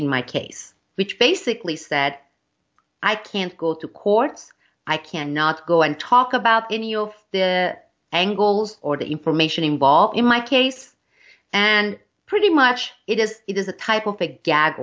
in my case which basically says that i can't go to courts i cannot go and talk about any of the angles or the information involved in my case and pretty much it is it is a type of a gag